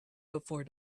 before